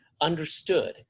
understood